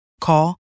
Call